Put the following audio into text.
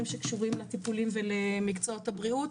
שקשורים לטיפולים ולמקצועות הבריאות.